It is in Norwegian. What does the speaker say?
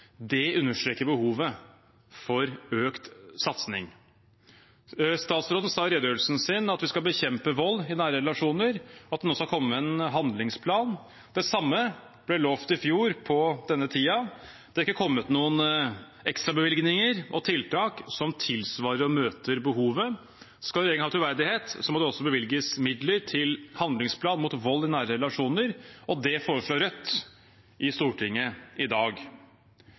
Det understreker behovet for økt satsing. Statsråden sa i redegjørelsen sin at vi skal bekjempe vold i nære relasjoner, at man nå skal komme med en handlingsplan. Det samme ble lovet i fjor på denne tiden. Det er ikke kommet noen ekstrabevilgninger og tiltak som tilsvarer og møter behovet. Skal regjeringen ha troverdighet, må det også bevilges midler til en handlingsplan mot vold i nære relasjoner, og det foreslår Rødt i Stortinget i dag.